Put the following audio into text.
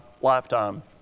lifetime